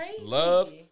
love